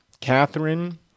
Catherine